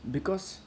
because